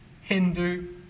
Hindu